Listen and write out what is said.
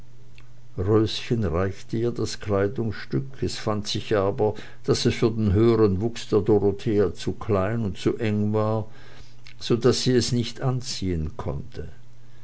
röschen reichte ihr das kleidungsstück es fand sich aber daß es für den höhern wuchs der dorothea zu klein und eng war so daß sie es nicht anziehen konnte